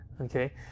okay